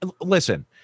Listen